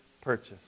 purchase